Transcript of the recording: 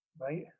right